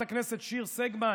וחברת הכנסת שיר סגמן,